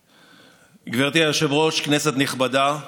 היושבת-ראש, כנסת נכבדה,